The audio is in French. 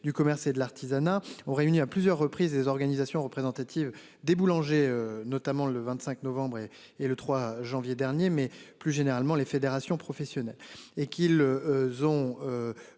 du commerce et de l'artisanat ont réuni à plusieurs reprises des organisations représentatives des boulangers, notamment le 25 novembre et et le 3 janvier dernier, mais plus généralement les fédérations professionnelles